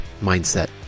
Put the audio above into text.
mindset